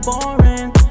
boring